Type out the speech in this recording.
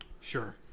Sure